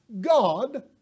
God